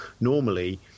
normally